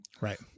Right